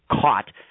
caught